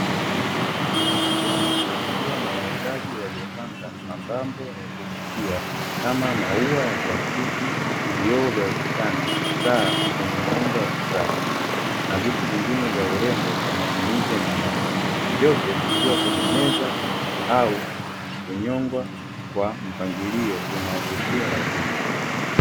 Sokoni kukiwa na wauzaji waliopanga mapambo ya kuvutia kama maua ya plastiki, vioo vya ukutani, saa zenye muundo wa kisasa na vitu vingine vya urembo kwa matumizi ya nyumbani. Vyote vikiwa kwenye meza au kunyongwa kwa mpangilio unaovutia wateja.